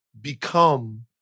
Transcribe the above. become